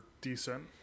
decent